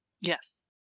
Yes